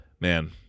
man